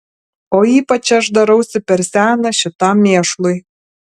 o ypač aš darausi per senas šitam mėšlui